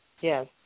Yes